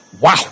Wow